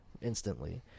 instantly